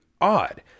odd